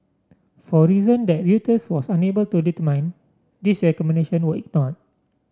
for reason that Reuters was unable to determine these recommendation were ignored